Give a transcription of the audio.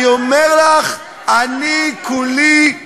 אני אומר לך, אני כולי,